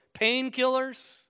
painkillers